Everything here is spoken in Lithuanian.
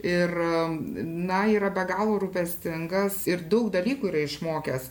ir na yra be galo rūpestingas ir daug dalykų yra išmokęs